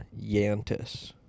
Yantis